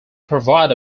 provide